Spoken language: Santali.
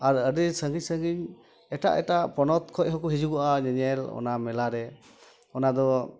ᱟᱨ ᱟᱹᱰᱤ ᱥᱟᱺᱜᱤᱧ ᱥᱟᱺᱜᱤᱧ ᱮᱴᱟᱜ ᱮᱴᱟᱜ ᱯᱚᱱᱚᱛ ᱠᱷᱚᱱ ᱦᱚᱸᱠᱚ ᱦᱤᱡᱩᱜᱚᱜᱼᱟ ᱧᱮᱧᱮᱞ ᱚᱱᱟ ᱢᱮᱞᱟᱨᱮ ᱚᱱᱟ ᱫᱚ